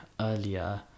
earlier